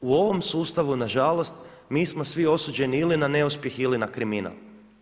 U ovom sustavu na žalost mi smo svi osuđeni ili na neuspjeh ili na kriminal.